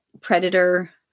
Predator